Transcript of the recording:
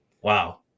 wow